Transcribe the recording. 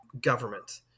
government